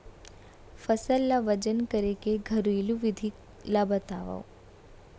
फसल ला वजन करे के घरेलू विधि ला बतावव?